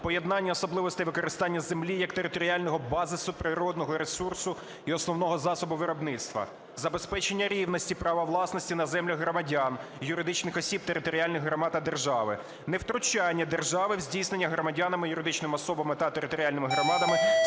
поєднання особливостей використання землі як територіального базису, природного ресурсу і основного засобу виробництва; забезпечення рівності права власності на землю громадян, юридичних осіб, територіальних громад та держави; невтручання держави в здійснення громадянами, юридичними особами та територіальними громадами